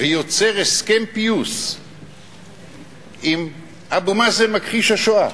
ויוצר הסכם פיוס עם אבו מאזן מכחיש השואה,